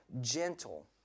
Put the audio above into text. gentle